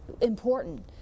important